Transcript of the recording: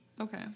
Okay